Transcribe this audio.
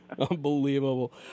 Unbelievable